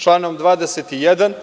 Članom 21.